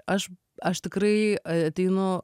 aš aš tikrai ateinu